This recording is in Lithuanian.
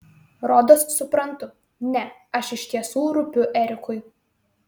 rodos suprantu ne aš iš tiesų rūpiu erikui